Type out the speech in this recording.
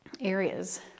areas